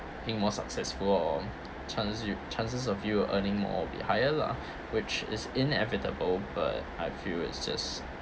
think more successful or chance you chances of you earning more will be higher lah which is inevitable but I feel it's just